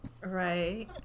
right